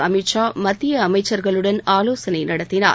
அமீத் ஷா மத்திய அமைச்சர்களுடன் ஆலோசனை நடத்தினார்